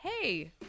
Hey